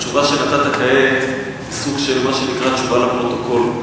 התשובה שנתת כעת זה סוג של מה שנקרא תשובה לפרוטוקול.